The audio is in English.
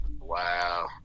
Wow